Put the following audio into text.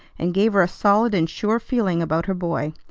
and gave her a solid and sure feeling about her boy.